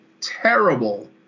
terrible